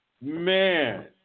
man